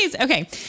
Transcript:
Okay